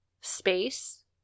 space